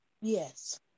Yes